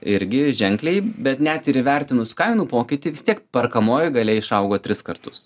irgi ženkliai bet net ir įvertinus kainų pokytį vis tiek perkamoji galia išaugo tris kartus